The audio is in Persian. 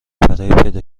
پیدا